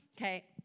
Okay